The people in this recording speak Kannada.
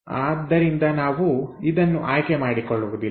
ಆದ್ದರಿಂದ ನಾವು ಇದನ್ನು ಆಯ್ಕೆ ಮಾಡಿಕೊಳ್ಳುವುದಿಲ್ಲ